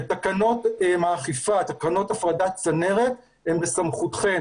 תקנות האכיפה, תקנות הפרדת צנרת, הן בסמכותכם.